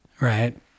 Right